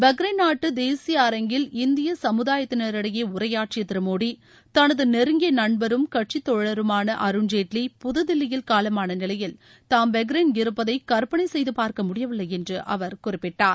Bahrain நாட்டு தேசிய அரங்கில் இந்திய கமுதாயத்தினரிடையே உரையாற்றிய திரு மோடி தனது நெருங்கிய நண்பரும் கட்சித்தோழருமான அருண்ஜேட்லி புதுதில்லியில் காலமாள நிலையில் தாம் பஹ்ரைன் இருப்பதை கற்பனை செய்து பார்க்க முடியவில்லை என்று அவர் குறிப்பிட்டார்